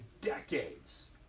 decades